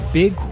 big